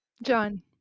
John